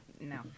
No